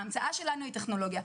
ההמצאה שלנו היא טכנולוגיה.